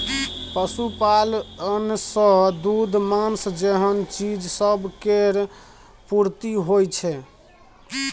पशुपालन सँ दूध, माँस जेहन चीज सब केर पूर्ति होइ छै